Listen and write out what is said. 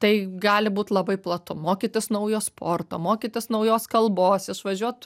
tai gali būt labai platu mokytis naujo sporto mokytis naujos kalbos išvažiuot